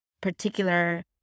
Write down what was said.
particular